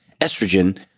Estrogen